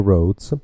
Roads